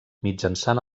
mitjançant